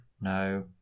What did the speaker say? no